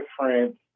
different